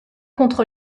contre